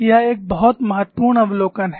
यह एक बहुत महत्वपूर्ण अवलोकन है